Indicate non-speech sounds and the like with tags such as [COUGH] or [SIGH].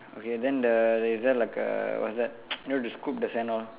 okay then the is there like a what's that [NOISE] you know the scoop the sand one